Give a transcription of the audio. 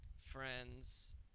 friends